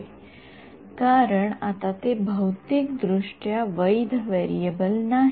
होय कारण आत ते भौतिक दृष्ट्या वैध व्हेरिएबल नाही